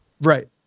Right